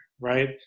right